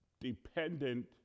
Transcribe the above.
dependent